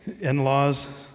in-laws